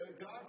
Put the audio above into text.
God